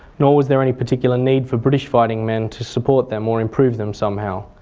nor was there any particular need for british fighting men to support them or improve them somehow.